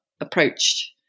approached